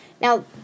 Now